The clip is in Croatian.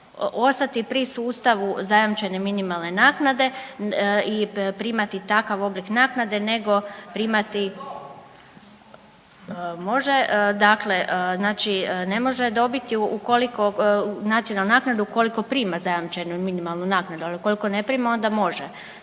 ostati pri sustavu zajamčene minimalne naknade i primati takav oblik naknade nego primati …/Upadica: Ne razumije se./… može, dakle znači ne može dobiti ukoliko, nacionalnu naknadu ukoliko prima zajamčenu minimalnu naknadu, ali ukoliko ne prima onda može.